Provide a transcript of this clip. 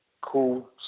cool